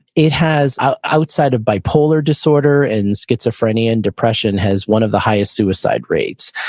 it has outside of bipolar disorder and schizophrenia and depression, has one of the highest suicide rates.